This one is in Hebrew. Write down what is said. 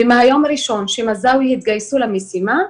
ומהיום הראשון שמזאוי התגייסו למשימה,